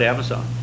Amazon